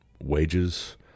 wages